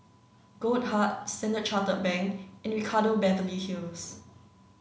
Goldheart Standard Chartered Bank and Ricardo Beverly Hills